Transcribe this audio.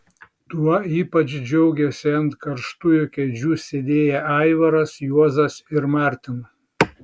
tuo ypač džiaugėsi ant karštųjų kėdžių sėdėję aivaras juozas ir martin